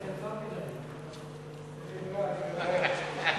שלוש דקות.